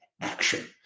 action